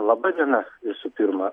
laba diena visų pirma